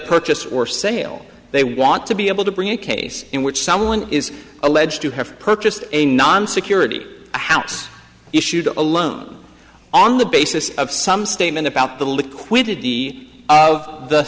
purchase or sale they want to be able to bring a case in which someone is alleged to have purchased a non security house issued a loan on the basis of some statement about the liquidity of the